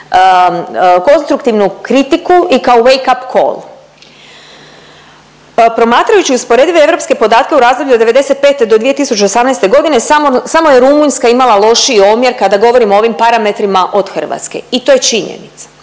konstruktivnu kritiku i kao waycap cool. Promatrajući usporedive europske podatke u razdoblju od '95. do 2018. godine samo je Rumunjska imala lošiji omjer kada govorimo o ovim parametrima od Hrvatske i to je činjenica,